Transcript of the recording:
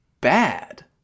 bad